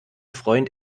freund